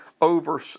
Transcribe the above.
over